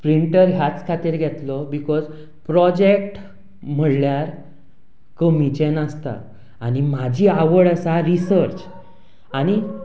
printer ह्यांच खातीर घेतलो बिकोज प्रोजेक्ट म्हणल्यार कमीचे नासता आनी म्हजी आवड आसा रिसर्च आनी